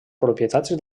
propietats